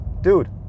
dude